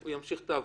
הוא ימשיך בעבודה,